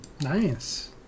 nice